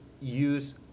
use